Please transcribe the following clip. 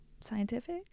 scientific